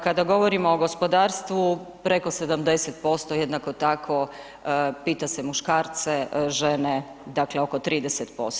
Kada govorimo o gospodarstvu preko 70% jednako tako pita se muškarce, žene dakle oko 30%